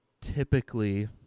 typically